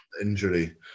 injury